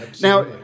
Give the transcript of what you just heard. Now